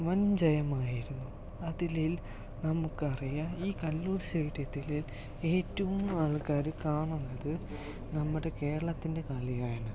വൻ ജയമായിരുന്നു അതിൽ നമുക്കറിയാം ഈ കല്ലൂർ സ്റ്റേഡിയത്തിൽ ഏറ്റവും ആൾക്കാർ കാണുന്നത് നമ്മുടെ കേരളത്തിന്റെ കളിയാണ്